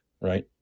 right